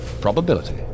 Probability